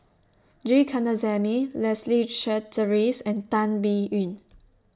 G Kandasamy Leslie Charteris and Tan Biyun